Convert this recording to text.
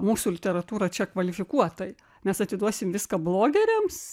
mūsų literatūrą čia kvalifikuotai mes atiduosim viską blogeriams